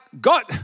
God